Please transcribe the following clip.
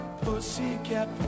Pussycat